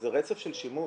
זה רצף של שימוש,